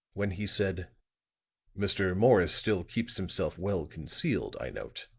when he said mr. morris still keeps himself well concealed, i note.